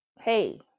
hey